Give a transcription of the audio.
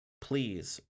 Please